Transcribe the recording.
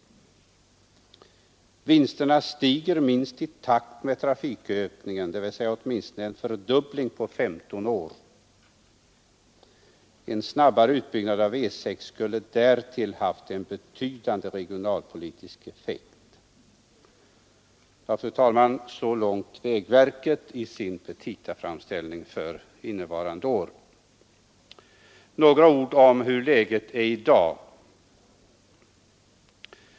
Vinsterna stiger minst i takt med trafikökningen, d. v. s. åtminstone en fördubbling på 15 år. En snabbare utbyggnad av E6 skulle därtill haft en betydande regionalpolitisk effekt.” Så långt vägverket. Några ord om hur läget är i dag.